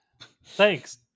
Thanks